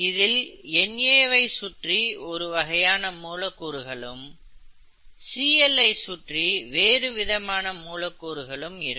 இதில் Na வை சுற்றி ஒரு வகையான மூலக்கூறுகளும் Cl ஐ சுற்றி வேறுவிதமான மூலக்கூறுகளும் இருக்கும்